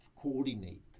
coordinate